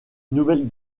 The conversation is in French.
nouvelle